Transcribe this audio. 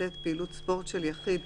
(ט)פעילות ספורט של יחיד,